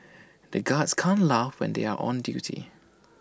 the guards can't laugh when they are on duty